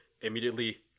Immediately